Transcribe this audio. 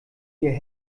ihr